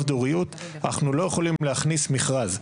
דוריות אנחנו לא יכולים להכניס מכרז.